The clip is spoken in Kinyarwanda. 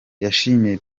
yashimye